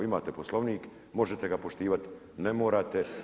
Imate Poslovnik, možete ga poštivati, ne morate.